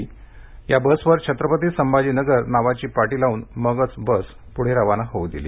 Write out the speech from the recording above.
Aurangabad bus वर छत्रपती संभाजीनगर नावाची पाटी लावून मगच बस पूढे रवाना होऊ दिली